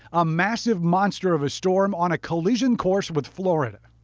a massive monster of a storm on a collision course with florida.